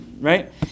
right